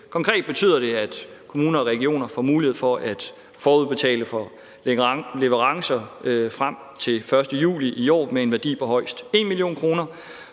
Konkret betyder det, at kommuner og regioner får mulighed for at forudbetale for leverancer frem til 1. juli i år med en værdi på højst 1 mio. kr.